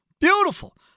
Beautiful